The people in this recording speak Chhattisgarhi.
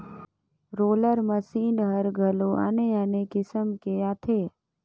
रोलर मसीन हर घलो आने आने किसम के आथे